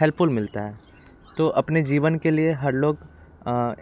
helpful मिलता है तो अपने जीवन के लिए हर लोग